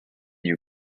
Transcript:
you